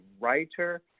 writer